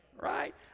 right